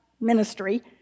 ministry